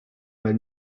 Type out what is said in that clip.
mal